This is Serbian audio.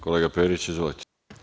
Kolega Periću, izvolite.